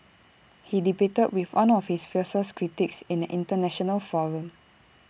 he debated with one of his fiercest critics in an International forum